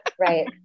right